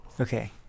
Okay